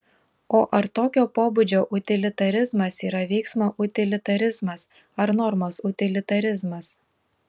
o ar tokio pobūdžio utilitarizmas yra veiksmo utilitarizmas ar normos utilitarizmas